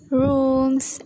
rooms